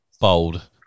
Bold